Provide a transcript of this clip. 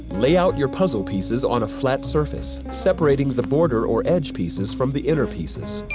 lay out your puzzle pieces on a flat surface, separating the border or edge pieces from the inner pieces.